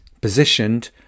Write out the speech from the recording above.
positioned